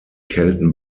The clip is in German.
kelten